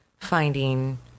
finding